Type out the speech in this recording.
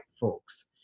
folks